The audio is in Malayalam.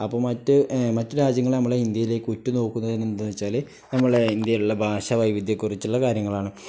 അപ്പം മറ്റു മറ്റു രാജ്യങ്ങൾ നമ്മളെ ഇന്ത്യയിലേക്ക് ഉറ്റു നോക്കുന്നത് എന്താണെന്ന് വച്ചാൽ നമ്മളെ ഇന്ത്യയിലുള്ള ഭാഷ വൈവിധ്യത്തെക്കുറിച്ചുള്ള കാര്യങ്ങളാണ്